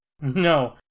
No